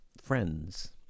friends